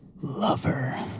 lover